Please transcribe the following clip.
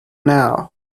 now